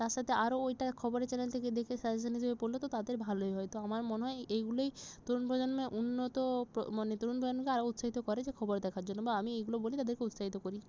তার সাথে আরও ওইটা খবরের চ্যানেল থেকে দেখে সাজেশন হিসেবে পড়লে তো তাদের ভালোই হয় তো আমার মনে হয় এইগুলোই তরুণ প্রজন্মে উন্নত প্র মানে তরুণ প্রজন্মকে আরও উৎসাহিত করে যে খবর দেখার জন্য বা আমি এইগুলো বলে তাদেরকে উৎসাহিত করি